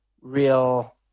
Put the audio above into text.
real